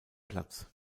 platz